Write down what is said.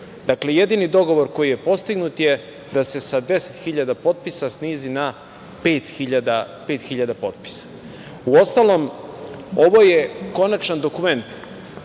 bilo. Jedini dogovor koji je postignut je da se sa 10 hiljada potpisa snizi na 5.000 potpisa. Uostalom, ovo je konačan dokument